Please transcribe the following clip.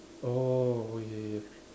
oh okay